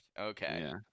Okay